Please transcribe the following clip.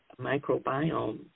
microbiome